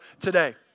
today